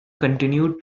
continued